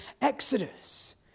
Exodus